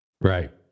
Right